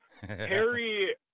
Harry